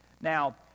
Now